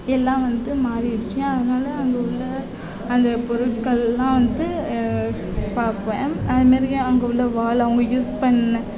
எல்லாம் வந்து மாறிடுச்சு அதனால அங்கே உள்ள அந்த பொருட்களெலாம் வந்து பார்ப்பேன் அது மாரி அங்கே உள்ள வாள் அவங்க யூஸ் பண்ண